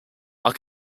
are